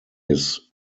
his